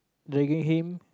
dragging him